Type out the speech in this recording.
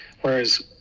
whereas